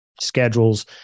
schedules